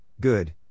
good